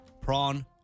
prawn